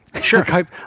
Sure